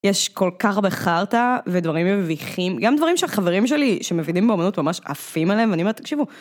יש כל כך הרבה חרטה ודברים מביכים, גם דברים שחברים שלי שמבינים באמנות ממש עפים עליהם, ואני אומרת, תקשיבו.